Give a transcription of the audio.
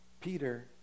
Peter